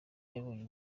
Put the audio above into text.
yabonye